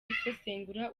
gusesengura